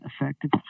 effective